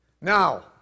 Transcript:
Now